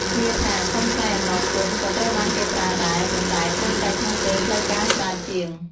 ឃ្លាថា "សូមថ្លែងអំណរគុណ" ក៏ត្រូវបានគេប្រើដែរ ប៉ុន្តែច្រើនតែក្នុងពេលផ្លូវការច្រើនជាង។